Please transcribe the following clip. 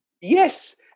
Yes